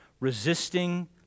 resisting